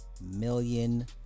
million